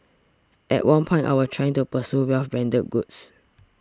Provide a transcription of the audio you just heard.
at one point I was trying to pursue wealth branded goods